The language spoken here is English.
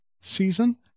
season